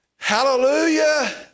Hallelujah